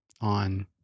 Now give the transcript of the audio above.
on